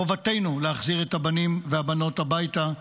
חובתנו להחזיר את הבנים והבנות הביתה.